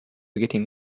getting